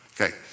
Okay